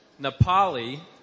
Nepali